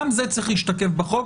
גם זה צריך להשתקף בחוק.